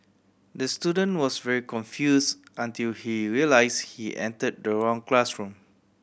the student was very confuse until he realise he enter the wrong classroom